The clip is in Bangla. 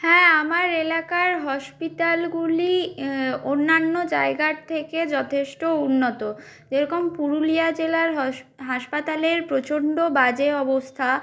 হ্যাঁ আমার এলাকার হসপিটালগুলি অন্যান্য জায়গার থেকে যথেষ্ট উন্নত যেরকম পুরুলিয়া জেলার হাসপাতালের প্রচণ্ড বাজে অবস্থা